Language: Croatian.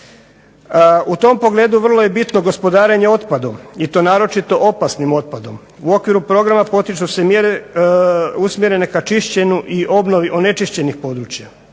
U tom pogledu vrlo je bitno gospodarenje otpadom i to naročito opasnim otpadom. U okviru programa potiču se mjere usmjerene ka čišćenju i obnovi onečišćenih područja.